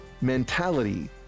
mentality